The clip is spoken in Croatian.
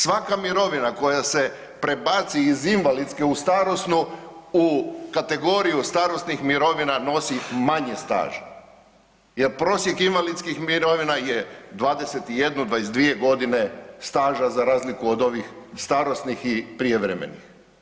Svaka mirovina koja se prebaci iz invalidske u starosnu u kategoriju starosnih mirovina nosi manje staža jer prosjek invalidskih mirovina je 21-22.g. staža za razliku od ovih starosnih i prijevremenih.